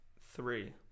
three